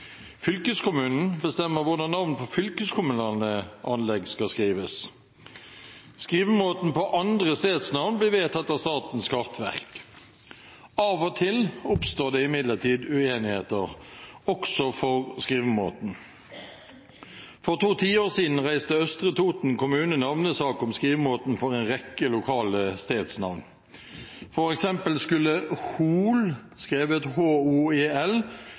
Fylkeskommunen bestemmer hvordan navnet på fylkeskommunale anlegg skal skrives. Skrivemåten på andre stedsnavn blir vedtatt av Statens kartverk. Av og til oppstår det imidlertid uenigheter, også om skrivemåten. For to tiår siden reiste Østre Toten kommune navnesak om skrivemåten for en rekke lokale stedsnavn. For eksempel skulle «Hoel» skrives uten «e» på et